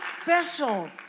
special